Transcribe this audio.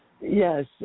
Yes